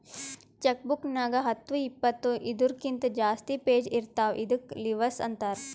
check book ನಾಗ್ ಹತ್ತು ಇಪ್ಪತ್ತು ಇದೂರ್ಕಿಂತ ಜಾಸ್ತಿ ಪೇಜ್ ಇರ್ತಾವ ಇದ್ದುಕ್ ಲಿವಸ್ ಅಂತಾರ್